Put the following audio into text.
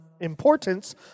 importance